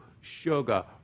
sugar